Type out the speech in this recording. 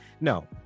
No